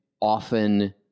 often